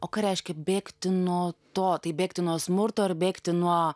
o ką reiškia bėgti nuo to tai bėgti nuo smurto ar bėgti nuo